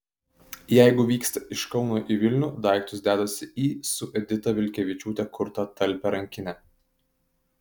jeigu vyksta iš kauno į vilnių daiktus dedasi į su edita vilkevičiūte kurtą talpią rankinę